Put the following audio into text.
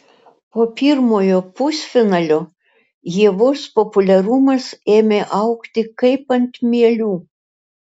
po pirmojo pusfinalio ievos populiarumas ėmė augti kaip ant mielių